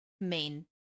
main